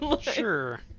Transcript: Sure